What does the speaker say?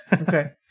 okay